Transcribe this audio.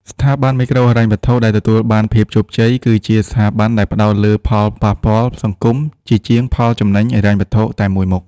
ស្ថាប័នមីក្រូហិរញ្ញវត្ថុដែលទទួលបានជោគជ័យ គឺជាស្ថាប័នដែលផ្ដោតលើផលប៉ះពាល់សង្គមជាជាងផលចំណេញហិរញ្ញវត្ថុតែមួយមុខ។